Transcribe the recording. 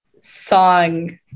song